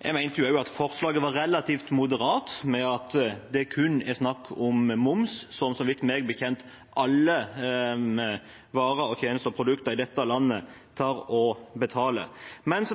Jeg mente også at forslaget var relativt moderat fordi det kun er snakk om moms, som det meg bekjent er på alle varer, tjenester og produkter i dette landet. Jeg